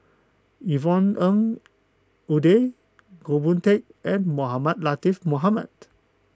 Yvonne Ng Uhde Goh Boon Teck and Mohamed Latiff Mohamed